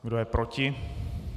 Kdo je proti?